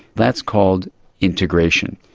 that's called integration.